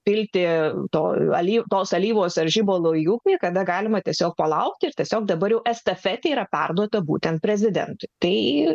pilti to alyvo tos alyvos ar žibalo į upę kada galima tiesiog palaukti ir tiesiog dabar estafetė yra perduota būtent prezidentui tai